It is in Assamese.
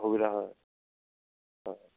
সুবিধা হয়